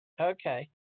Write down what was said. Okay